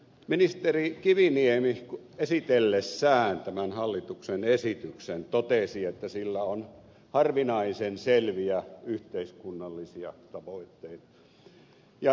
ministeri kiviniemi esitellessään tämän hallituksen esityksen totesi että sillä on harvinaisen selviä yhteiskunnallisia tavoitteita